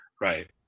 Right